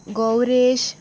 Gauresh